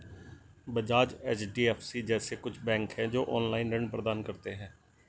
Bajaj, HDFC जैसे कुछ bank है, जो ऑनलाईन ऋण प्रदान करते हैं